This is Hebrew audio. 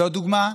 זו דוגמה,